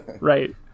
Right